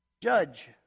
Judge